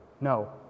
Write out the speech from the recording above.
No